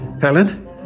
Helen